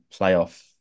playoff